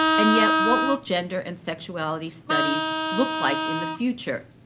and yet, what will gender and sexuality studies look like in the future?